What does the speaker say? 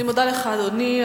אני מודה לך, אדוני.